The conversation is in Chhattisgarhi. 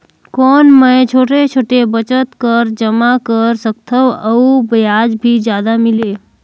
कौन मै छोटे छोटे बचत कर जमा कर सकथव अउ ब्याज भी जादा मिले?